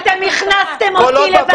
כי אתם הכנסתם אותי לוועדה הזאת,